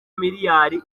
miliyari